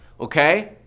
Okay